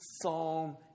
Psalm